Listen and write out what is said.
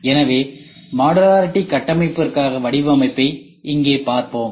எனவே மாடுலரிட்டி கட்டமைப்பிற்கான வடிவமைப்பை இங்கே பார்ப்போம்